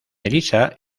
elisa